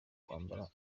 kwambara